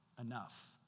enough